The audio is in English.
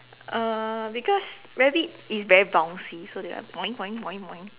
uh because rabbit is very bouncy so they like boink boink boink boink